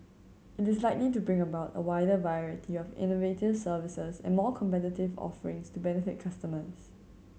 it is likely to bring about a wider variety of innovative services and more competitive offerings to benefit customers